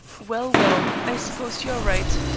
well, well, i suppose you are right.